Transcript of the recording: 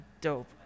Dope